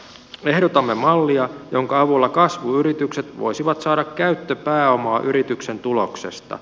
ehdotamme mallia jonka avulla kasvuyritykset voisivat saada käyttöpääomaa yrityksen tuloksesta